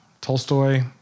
Tolstoy